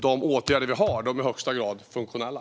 De åtgärder vi har är i högsta grad funktionella.